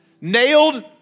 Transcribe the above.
nailed